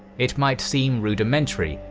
it might seem rudimentary,